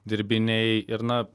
dirbiniai ir na